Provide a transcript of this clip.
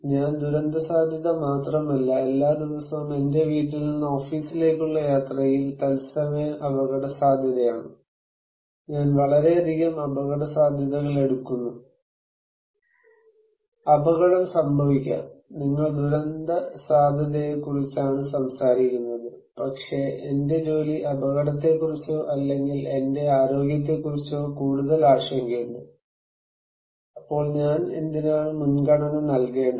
ഞാൻ ദുരന്തസാധ്യത മാത്രമല്ല എല്ലാ ദിവസവും എന്റെ വീട്ടിൽ നിന്ന് ഓഫീസിലേക്കുള്ള യാത്രയിൽ തത്സമയ അപകടസാധ്യതയാണ് ഞാൻ വളരെയധികം അപകടസാധ്യതകൾ എടുക്കുന്നു അപകടം സംഭവിക്കാം നിങ്ങൾ ദുരന്തസാധ്യതയെക്കുറിച്ചാണ് സംസാരിക്കുന്നത് പക്ഷേ എന്റെ ജോലി അപകടത്തെക്കുറിച്ചോ അല്ലെങ്കിൽ എന്റെ ആരോഗ്യത്തെക്കുറിച്ചോ കൂടുതൽ ആശങ്കയുണ്ട് അപ്പോൾ ഞാൻ ഏതിനാണ് മുൻഗണന നൽകേണ്ടത്